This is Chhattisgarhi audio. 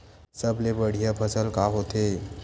सबले बढ़िया फसल का होथे?